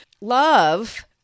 love